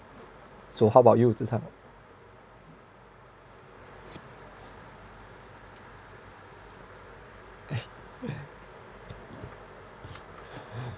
so how about you zi chan